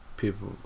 people